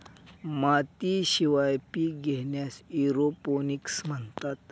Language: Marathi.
मातीशिवाय पिके घेण्यास एरोपोनिक्स म्हणतात